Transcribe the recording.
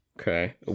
Okay